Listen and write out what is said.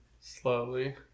Slowly